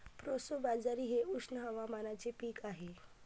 proso बाजरी हे उष्ण हवामानाचे पीक आहे